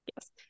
Yes